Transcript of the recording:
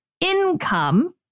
income